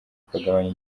ukagabanya